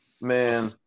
man